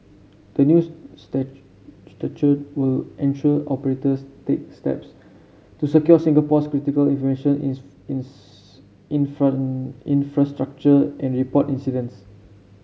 the new statute will ensure operators take steps to secure Singapore's critical information infrastructure and report incidents